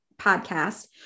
podcast